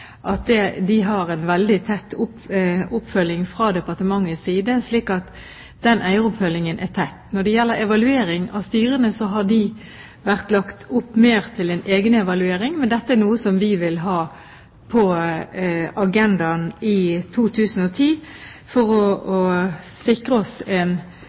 jeg at de har en veldig tett oppfølging fra departementets side. Den eieroppfølgingen er tett. Når det gjelder evaluering av styrene, har den vært lagt opp mer til en egenevaluering. Men dette er noe som vi vil ha på agendaen i 2010 for å sikre oss en